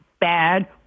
bad